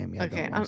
okay